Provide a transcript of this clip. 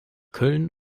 köln